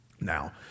Now